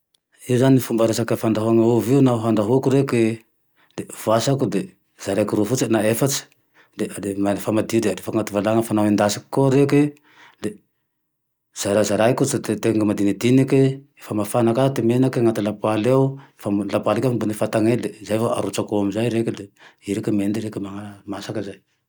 Io zane fomba resaky fandrahoagne ovy io, naho handrahoako reke de voasako. Zaraiko roa fotsiny na efatse, de lefa madio de ataoko anaty valany. Fa naho endasiko koa reke le zarazazaiko, tetehina madinidinike, fa mafana ka ty menake anaty lapoaly ao. Lapoaly iny ka fa ambony fatane le zay vo arotsako ao amizay reke le, i reke miedy reke ma-masaky zay.